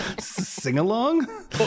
sing-along